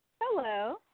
hello